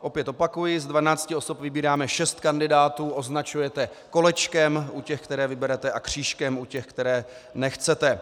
Opět opakuji, z 12 osob vybíráme 6 kandidátů, označujete kolečkem u těch, které vyberete, a křížkem u těch, které nechcete.